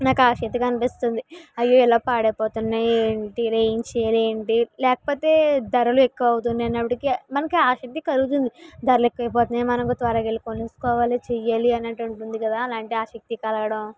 నాకు ఆశక్తిగా అనిపిస్తుంది అయ్యో ఇలా పాడైపోతున్నాయి ఏమి చేయాలి ఏంటి లేకపోతే ధరలు ఎక్కువ అయిపోతున్నాయి అనేటప్పటికి మనకి ఆశక్తి కలుగుతుంది ధరలు ఎక్కువ అయిపోతున్నాయి మనకు త్వరగా వెళ్ళి పనులు కోనేసుకోవాలి చేయాలి అనేటటుంటిది కదా అలాంటి ఆశక్తి కలవడం